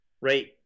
right